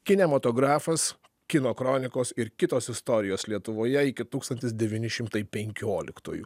kinematografas kino kronikos ir kitos istorijos lietuvoje iki tūkstantis devyni šimtai penkioliktojų